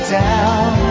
down